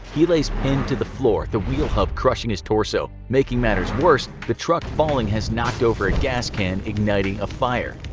he lays pinned to the floor, the wheel hub crushing his torso. making matters worse, the truck falling has knocked over a gas can, igniting a fire.